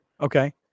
Okay